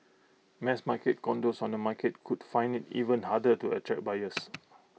mass market condos on the market could find IT even harder to attract buyers